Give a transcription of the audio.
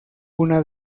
una